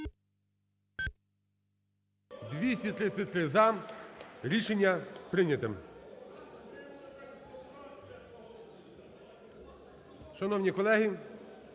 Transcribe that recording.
За-273 Рішення прийняте. Шановні колеги!